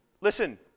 Listen